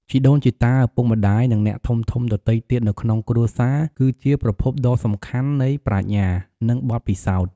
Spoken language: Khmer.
ជីដូនជីតា ឪពុកម្ដាយ និងអ្នកធំៗដទៃទៀតនៅក្នុងគ្រួសារ គឺជាប្រភពដ៏សំខាន់នៃ ប្រាជ្ញា និងបទពិសោធន៍។